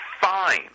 fine